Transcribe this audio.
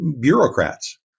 bureaucrats